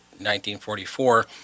1944